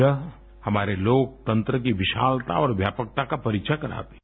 ये हमारे लोकतंत्र की विशालता और व्यापकता का परिचय कराता है